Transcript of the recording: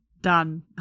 Done